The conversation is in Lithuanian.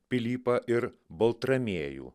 pilypą ir baltramiejų